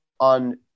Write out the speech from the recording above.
on